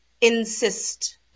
insist